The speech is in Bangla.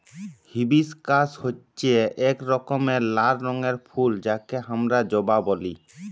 হিবিশকাস হচ্যে এক রকমের লাল রঙের ফুল যাকে হামরা জবা ব্যলি